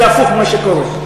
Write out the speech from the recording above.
זה הפוך ממה שקורה.